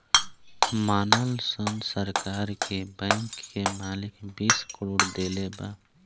मानल सन सरकार के बैंक के मालिक बीस करोड़ देले बा